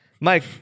Mike